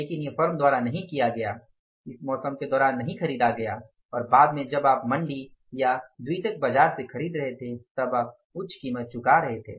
लेकिन यह फर्म द्वारा नहीं किया गया था इसे मौसम के दौरान नहीं खरीदा गया था और बाद में जब आप मंडी या द्वितीयक बाजार से खरीद रहे थे तब आप उच्च कीमत चुका रहे हैं